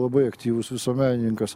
labai aktyvus visuomenininkas